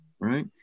right